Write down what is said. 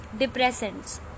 depressants